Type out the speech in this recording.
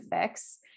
fix